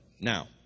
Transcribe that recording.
Now